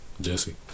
jesse